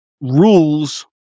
rules